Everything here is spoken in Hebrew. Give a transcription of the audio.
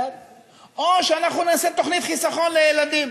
או שאנחנו נעשה תוכנית חיסכון לילדים.